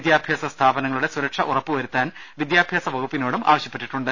വിദ്യാഭ്യാസ സ്ഥാപനങ്ങളുടെ സുരക്ഷ ഉറപ്പുവരുത്താൻ വിദ്യാഭ്യാസ വകുപ്പിനോടും ആവശ്യപ്പെട്ടിട്ടുണ്ട്